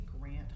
Grant